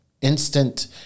instant